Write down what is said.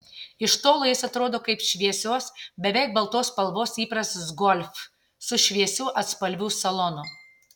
iš tolo jis atrodo kaip šviesios beveik baltos spalvos įprastas golf su šviesių atspalvių salonu